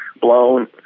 blown